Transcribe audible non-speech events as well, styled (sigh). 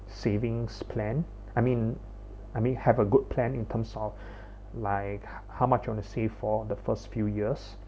savings plan I mean I may have a good plan in terms of (breath) like how much on the save for the first few years